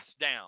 down